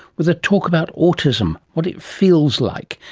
with a talk about autism, what it feels like,